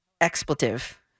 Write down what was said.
expletive